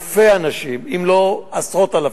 אלפי אנשים אם לא עשרות אלפים,